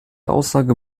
aussage